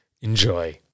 enjoy